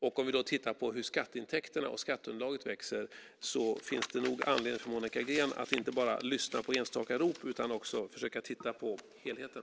Om vi då tittar på hur skatteintäkterna och skatteunderlaget växer ser vi att det nog finns anledning för Monica Green att inte bara lyssna på enstaka rop utan också försöka titta på helheten.